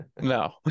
No